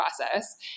process